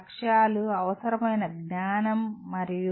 లక్ష్యాలు అవసరమైన జ్ఞానం మరియు